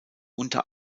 unter